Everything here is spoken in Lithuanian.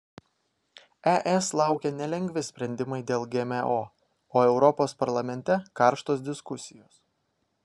es laukia nelengvi sprendimai dėl gmo o europos parlamente karštos diskusijos